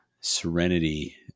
serenity